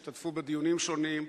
השתתפו בדיונים שונים.